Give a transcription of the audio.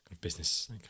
business